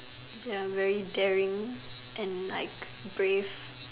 Their very daring and like brave